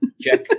Check